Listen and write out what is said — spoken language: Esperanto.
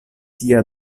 tia